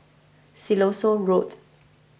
Siloso Road